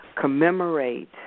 commemorate